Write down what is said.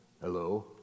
hello